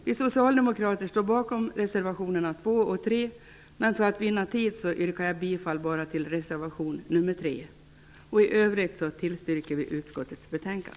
Vi socialdemokrater står bakom reservationerna 2 och 3, men för att vinna tid yrkar jag bifall endast till reservation 3. I övrigt yrkar jag bifall till utskottets hemställan.